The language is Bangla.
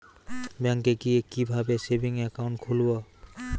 ব্যাঙ্কে গিয়ে কিভাবে সেভিংস একাউন্ট খুলব?